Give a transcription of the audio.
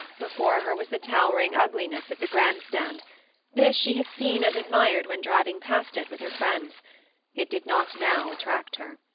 before her was the towering ugliness of the grand stand this she had seen and admired when driving past it with her friends it did not now attract her.